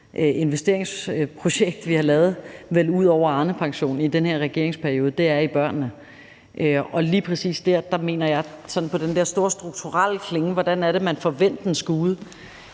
investeringsprojekt, vi har lavet, vel ud over Arnepensionen, i den her regeringsperiode, er altså det om børnene. Der er den store strukturelle klinge: Hvordan er det, at man får vendt en skude?